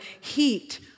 heat